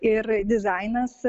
ir dizainas